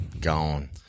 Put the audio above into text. gone